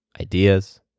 ideas